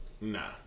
Nah